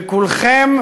וכולכם